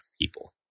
people